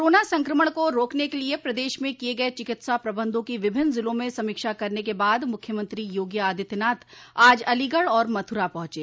corona संक्रमण को रोकने के लिये प्रदेश में किये गये चिकित्सा प्रबंधों की विभिन्न जिलों में समीक्षा करने के बाद मुख्यमंत्री योगी आदित्यनाथ आज अलीगढ़ और मथुरा पहुंचे